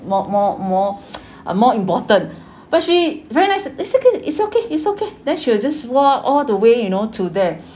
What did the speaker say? more more more uh more important but she very nice it's okay it's okay it's okay then she will just walk all the way you know to there